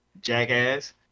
Jackass